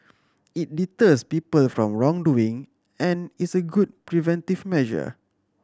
it deters people from wrongdoing and is a good preventive measure